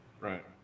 right